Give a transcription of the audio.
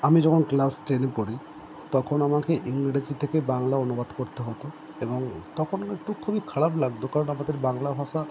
আমি যখন ক্লাস টেনে পড়ি তখন আমাকে ইংরেজি থেকে বাংলা অনুবাদ করতে হত এবং তখন একটু খুবই খারাপ লাগতো কারণ আমাদের বাংলা ভাষা